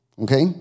Okay